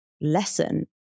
lesson